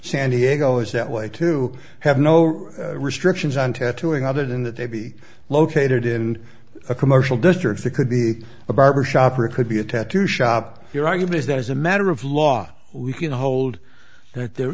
san diego is that way to have no restrictions on tattooing about it in that they be located in a commercial district that could be a barber shop or it could be a tattoo shop your argument is that as a matter of law we can hold that there